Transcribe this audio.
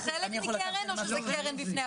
זה חלק מקרן או שזאת קרן בפני עצמה?